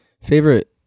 favorite